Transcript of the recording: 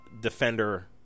defender